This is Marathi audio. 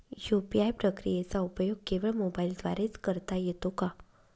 यू.पी.आय प्रक्रियेचा उपयोग केवळ मोबाईलद्वारे च करता येतो का?